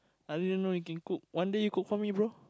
I didn't know you can cook one day you cook for me bro